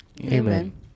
amen